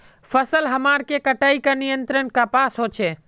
फसल हमार के कटाई का नियंत्रण कपास होचे?